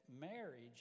marriage